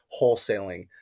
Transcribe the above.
wholesaling